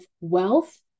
wealth